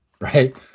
right